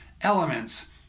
elements